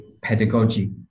pedagogy